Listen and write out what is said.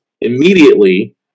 immediately